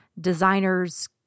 designers